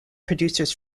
producers